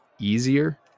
easier